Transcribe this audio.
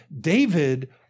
David